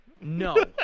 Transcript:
No